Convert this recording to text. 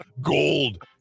Gold